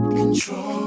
control